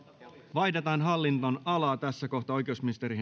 vaihdetaan hallinnonalaa tässä kohtaa oikeusministeri